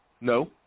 No